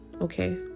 Okay